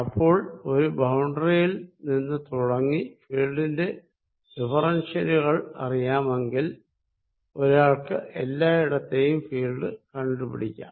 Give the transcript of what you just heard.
അപ്പോൾ ഒരു ബൌണ്ടറിയിൽ നിന്ന് തുടങ്ങി ഫീൽഡിന്റെ ഡിഫറെൻഷ്യലുകൾ അറിയാമെങ്കിൽ ഒരാൾക്ക് എല്ലായിടത്തെയും ഫീൽഡ് കണ്ടുപിടിക്കാം